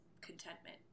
contentment